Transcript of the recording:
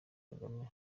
kagame